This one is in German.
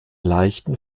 leichten